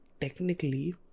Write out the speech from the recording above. technically